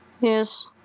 Yes